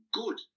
good